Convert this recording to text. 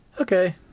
Okay